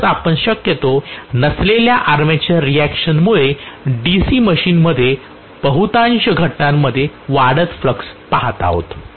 म्हणूनच आपण शक्यतो नसलेल्या आर्मेचर रिएक्शनमुळे डीसी मशीनमध्ये बहुतांश घटनांमध्ये वाढत फ्लक्स पहात आहोत